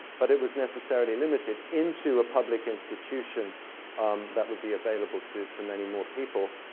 but it was necessarily limited into a public institution that would be available to to many more people.